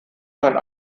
sein